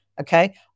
Okay